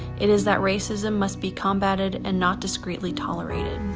it is that racism must be combated and not discretely tolerated.